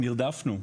נרדפנו,